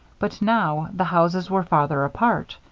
but now the houses were farther apart.